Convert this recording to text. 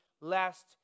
lest